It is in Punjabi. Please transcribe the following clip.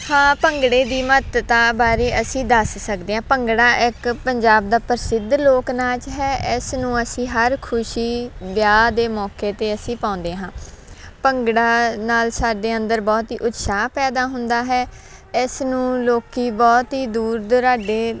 ਹਾਂ ਭੰਗੜੇ ਦੀ ਮਹੱਤਤਾ ਬਾਰੇ ਅਸੀਂ ਦੱਸ ਸਕਦੇ ਹਾਂ ਭੰਗੜਾ ਇੱਕ ਪੰਜਾਬ ਦਾ ਪ੍ਰਸਿੱਧ ਲੋਕ ਨਾਚ ਹੈ ਇਸ ਨੂੰ ਅਸੀਂ ਹਰ ਖੁਸ਼ੀ ਵਿਆਹ ਦੇ ਮੌਕੇ 'ਤੇ ਅਸੀਂ ਪਾਉਂਦੇ ਹਾਂ ਭੰਗੜੇ ਨਾਲ ਸਾਡੇ ਅੰਦਰ ਬਹੁਤ ਹੀ ਉਤਸਾਹ ਪੈਦਾ ਹੁੰਦਾ ਹੈ ਇਸ ਨੂੰ ਲੋਕੀ ਬਹੁਤ ਹੀ ਦੂਰ ਦੁਰਾਡੇ